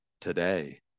today